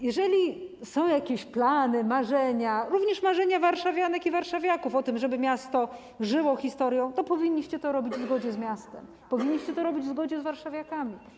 Jeżeli są jakieś plany, marzenia, również marzenia warszawianek i warszawiaków, o tym, żeby miasto żyło historią, to powinniście to robić w zgodzie z miastem, powinniście to robić w zgodzie z warszawiakami.